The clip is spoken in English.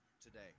today